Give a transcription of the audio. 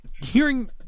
hearing